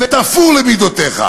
זה תפור למידותיך.